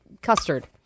Custard